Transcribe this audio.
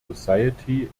society